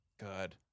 Good